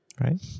Right